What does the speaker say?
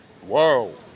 Whoa